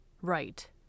Right